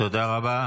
תודה רבה.